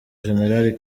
general